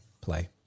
play